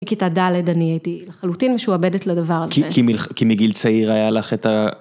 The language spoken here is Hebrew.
מכיתה ד' אני הייתי לחלוטין משועבדת לדבר הזה. כי מגיל צעיר היה לך את ה...